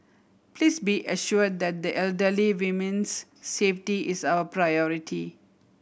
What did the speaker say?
please be assured that the elderly women's safety is our priority